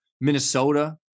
Minnesota